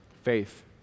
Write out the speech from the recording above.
Faith